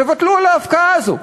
תוותרו על ההפקעה הזו.